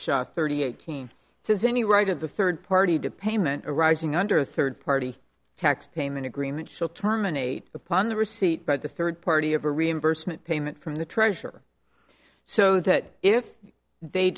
ashok thirty eighteen says any right of the third party to payment arising under a third party tax payment agreement shall terminate upon the receipt by the third party of a reimbursement payment from the treasurer so that if they